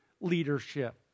leadership